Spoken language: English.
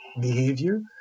behavior